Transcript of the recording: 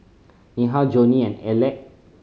Neha Johnie and Aleck